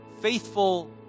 faithful